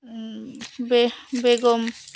বেহ Begum